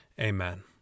Amen